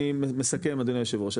אני מסכם אדוני היושב ראש,